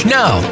now